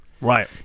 Right